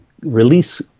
release